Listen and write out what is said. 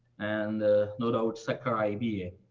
and no doubt, sukkur iba.